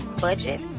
budget